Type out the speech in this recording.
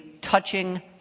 Touching